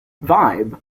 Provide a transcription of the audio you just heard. vibe